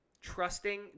trusting